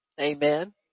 Amen